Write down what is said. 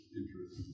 interest